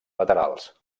laterals